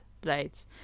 blades